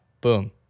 boom